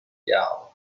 yard